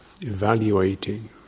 evaluating